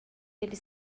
ele